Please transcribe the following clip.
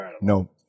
no